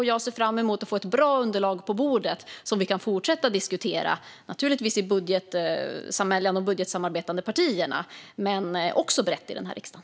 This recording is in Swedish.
Jag ser fram emot att få ett bra underlag på bordet som vi kan fortsätta att diskutera i de budgetsamarbetande partierna men också brett i riksdagen.